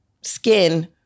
skin